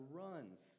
runs